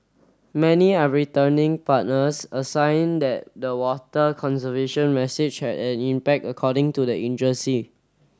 many are returning partners a sign that the water conservation message had an impact according to the agency